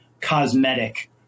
cosmetic